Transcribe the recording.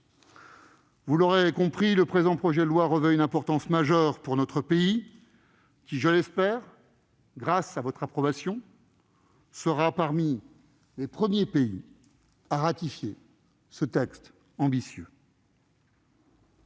Vous l'aurez compris, le présent projet de loi revêt une importance majeure pour notre pays qui, grâce- je l'espère -à votre approbation, sera parmi les premiers à ratifier ce texte ambitieux.